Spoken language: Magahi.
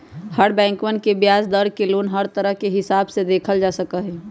हर बैंकवन के ब्याज दर के लोन हर तरह के हिसाब से देखल जा सका हई